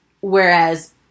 Whereas